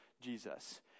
Jesus